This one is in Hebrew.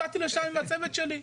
הגעתי לשם עם הצוות שלי.